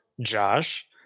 Josh